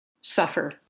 suffer